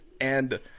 and-